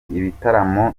ibitaramo